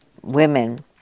women